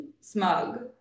smug